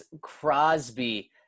Crosby